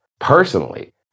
Personally